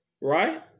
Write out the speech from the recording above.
right